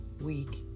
week